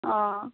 ও